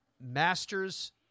Masters